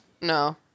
No